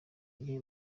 gihe